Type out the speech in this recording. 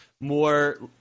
more